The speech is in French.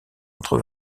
entre